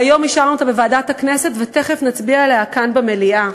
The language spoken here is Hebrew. והיום אישרנו אותה בוועדת הכנסת ותכף נצביע עליה כאן במליאה.